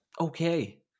okay